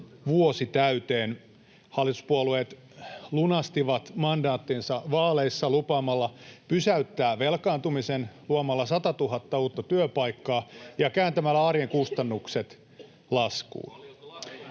vuosi täyteen. Hallituspuolueet lunastivat mandaattinsa vaaleissa lupaamalla pysäyttää velkaantumisen luomalla satatuhatta uutta työpaikkaa ja kääntämällä arjen kustannukset laskuun.